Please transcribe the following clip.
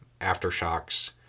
aftershocks